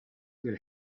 will